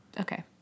Okay